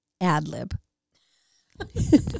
ad-lib